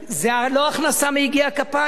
זו הכנסה מיגיע כפיו.